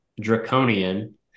draconian